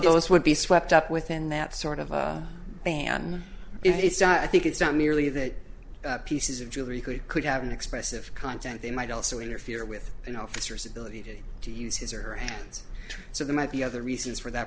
this would be swept up within that sort of a ban it's not i think it's not merely that pieces of jewelry could could have an expressive content they might also interfere with an officer's ability to use his or her hands so there might be other reasons for that